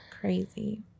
Crazy